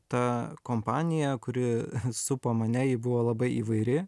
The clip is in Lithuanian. ta kompanija kuri supo mane ji buvo labai įvairi